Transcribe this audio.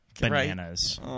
bananas